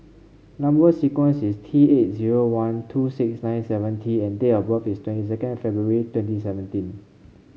number sequence is T eight zero one two six nine seven T and date of birth is twenty second February twenty seventeen